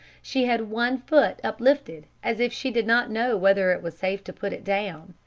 she had one foot uplifted as if she did not know whether it was safe to put it down,